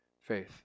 faith